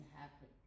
happen